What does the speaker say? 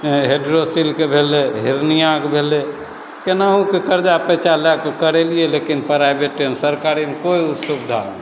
हाइड्रोसिलके भेलै हॉर्निआके भेलै कोनाहुके करजा पैँचा लैके करेलिए लेकिन प्राइवेटेमे सरकारीमे कोइ सुविधा नहि